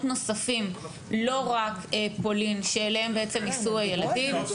נוספים אליהם ייסעו הילדים ולא רק פולין.